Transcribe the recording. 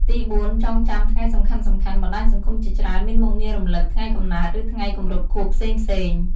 ទីបួន ចងចាំថ្ងៃសំខាន់ៗ បណ្ដាញសង្គមជាច្រើនមានមុខងាររំលឹក ថ្ងៃកំណើត ឬថ្ងៃគម្រប់ខួបផ្សេងៗ។